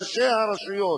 ראשי הרשויות,